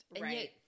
Right